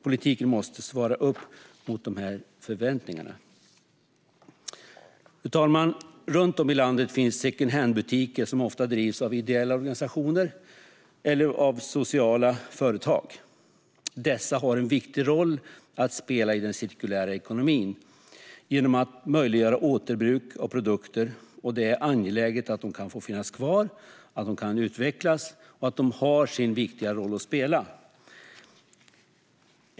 Politiken måste svara upp mot dessa förväntningar. Fru talman! Runt om i landet finns secondhandbutiker som ofta drivs av ideella organisationer eller av sociala företag. Dessa har en viktig roll att spela i den cirkulära ekonomin genom att möjliggöra återbruk av produkter. Det är angeläget att de kan få finnas kvar, att de kan utvecklas och att de har sin viktiga roll att spela.